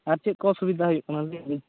ᱟᱨ ᱪᱮᱫ ᱠᱚ ᱚᱥᱩᱵᱤᱫᱟ ᱦᱩᱭᱩᱜ ᱠᱟᱱᱟ ᱞᱟᱹᱭ ᱵᱤᱱ